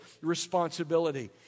responsibility